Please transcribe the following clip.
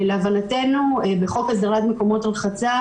להבנתנו, חוק הגנת מקומות רחצה